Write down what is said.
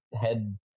head